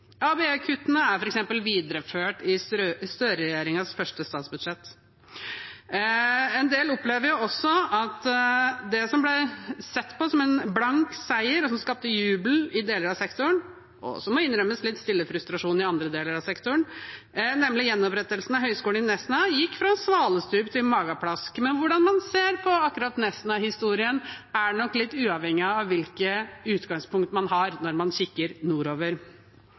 er f.eks. videreført i Støre-regjeringens første statsbudsjett. En del opplever også at det som ble sett på som en blank seier, og som skapte jubel i deler av sektoren – og litt stille frustrasjon i andre deler av sektoren, det må innrømmes – nemlig gjenopprettelsen av Høgskolen i Nesna, gikk fra svalestup til mageplask. Men hvordan man ser på Nesna-historien, er nok litt avhengig av hvilket utgangspunkt man har når man kikker nordover.